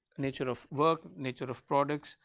nature of work, nature of products,